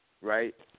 right